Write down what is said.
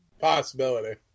possibility